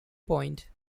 point